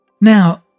Now